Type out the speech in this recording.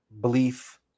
belief